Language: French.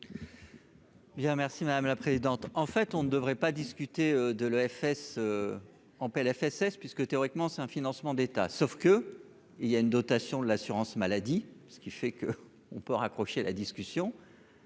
merci, madame la présidente, en fait, on ne devrait pas discuter de l'EFS en Plfss puisque théoriquement c'est un financement d'État sauf que, il y a une dotation de l'assurance maladie, ce qui fait que on peut raccrocher la discussion.